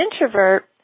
introvert